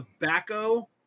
tobacco